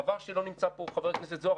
חבל שלא נמצא פה חבר הכנסת זוהר,